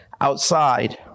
outside